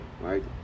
Right